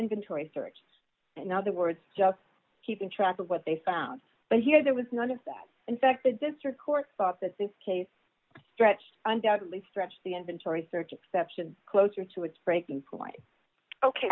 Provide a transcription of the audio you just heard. inventory search and other words just keeping track of what they found but here there was none of that in fact the district court thought that the case stretched undoubtedly stretched the inventory search exception closer to its breaking point ok